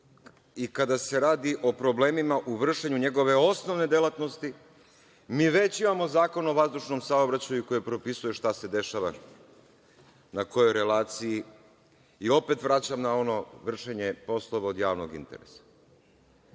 i kada se radi o problemima u vršenju njegove osnovne delatnosti, mi već imamo Zakon o vazdušnom saobraćaju koji propisuje šta se dešava, na kojoj relaciji. I opet vraćam na ono vršenje poslova od javnog interesa. Prosto,